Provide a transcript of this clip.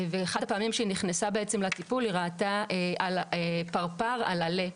באחת הפעמים שהיא נכנסה לטיפול היא ראתה פרפר על עלה,